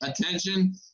attention